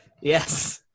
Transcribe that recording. yes